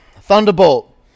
Thunderbolt